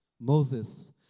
Moses